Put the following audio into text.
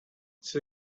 tse